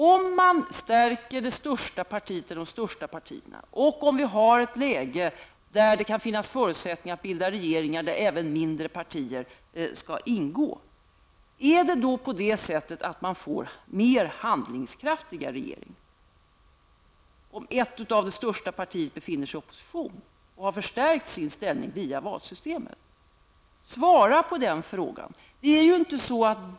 Om man stärker det största partiet eller de största partierna och om vi har ett läge där det kan finnas förutsättning att bilda regering där även mindre partier skall ingå, är det då så att man får en mer handlingskraftig regering om ett av de största partierna befinner sig i opposition och har förstärkt sin ställning via valsystemet? Svara på den frågan.